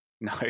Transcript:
No